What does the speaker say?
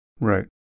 right